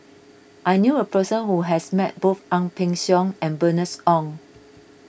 I knew a person who has met both Ang Peng Siong and Bernice Ong